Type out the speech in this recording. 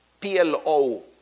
PLO